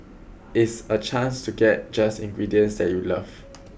its a chance to get just ingredients that you love